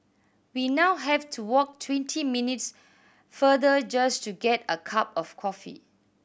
we now have to walk twenty minutes farther just to get a cup of coffee